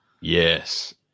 Yes